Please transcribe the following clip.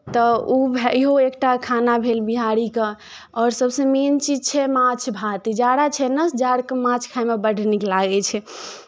तऽ ओ भए इहो एकटा खाना भेल बिहारीके आओर सभसँ मेन चीज छै माछ भात ई जाड़ा छै ने जाड़के माछ खायमे बड्ड नीक लागै छै